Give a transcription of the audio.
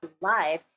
live